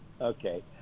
okay